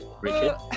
Richard